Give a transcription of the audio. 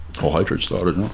whole hatred started.